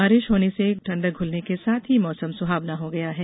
बारिश होने से ठंडक घुलने के साथ ही मौसम सुहावना हो गया है